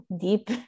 deep